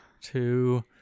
Two